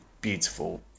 beautiful